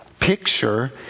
Picture